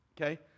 Okay